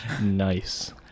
Nice